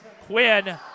Quinn